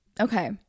Okay